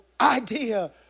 idea